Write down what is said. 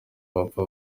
bapfa